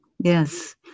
yes